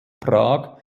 prag